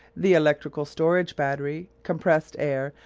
the electrical storage battery, compressed air,